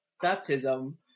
baptism